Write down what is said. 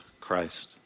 Christ